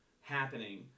happening